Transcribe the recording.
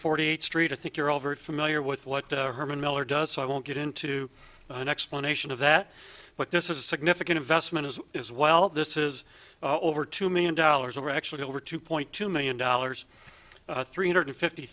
forty eighth street i think you're over familiar with what herman miller does so i won't get into an explanation of that but this is a significant investment as is well this is over two million dollars are actually over two point two million dollars three hundred fifty